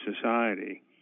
society